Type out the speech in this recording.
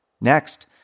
Next